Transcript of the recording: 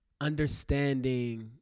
understanding